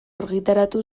argitaratu